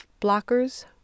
blockers